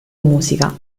musica